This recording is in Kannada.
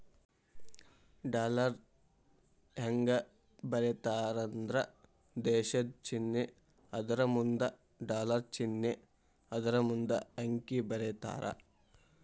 ಡಾಲರ್ನ ಹೆಂಗ ಬರೇತಾರಂದ್ರ ದೇಶದ್ ಚಿನ್ನೆ ಅದರಮುಂದ ಡಾಲರ್ ಚಿನ್ನೆ ಅದರಮುಂದ ಅಂಕಿ ಬರೇತಾರ